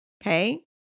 Okay